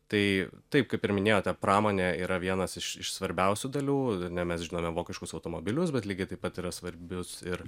tai taip kaip ir minėjote pramonė yra vienas iš iš svarbiausių dalių na mes žinome vokiškus automobilius bet lygiai taip pat yra svarbus ir